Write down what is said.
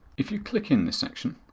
if you click in this section,